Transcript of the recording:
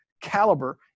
caliber